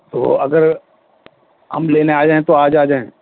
تو اگر ہم لینے آ جائیں تو آج آ جائیں